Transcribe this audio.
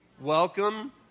Welcome